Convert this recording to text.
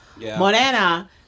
morena